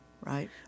right